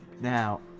Now